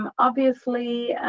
um obviously,